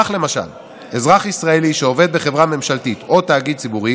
כך למשל אזרח ישראלי שעובד בחברה ממשלתית או בתאגיד ציבורי